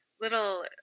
little